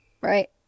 right